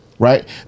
Right